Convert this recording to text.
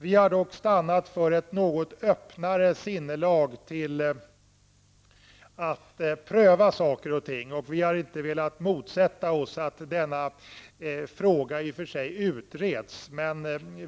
Vi har dock stannat för ett något öppnare sinnelag när det gäller att pröva saker och ting, och vi har inte velat motsätta oss att denna fråga utreds.